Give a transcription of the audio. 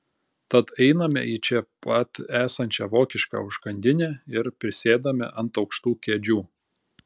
tad einame į čia pat esančią vokišką užkandinę ir prisėdame ant aukštų kėdžių